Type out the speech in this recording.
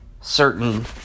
certain